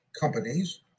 companies